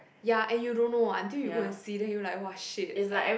ya and you don't know until you go and see then you will like !wah! !shit! like